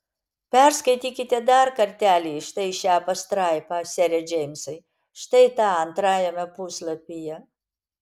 perskaitykite dar kartelį štai šią pastraipą sere džeimsai štai tą antrajame puslapyje